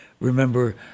remember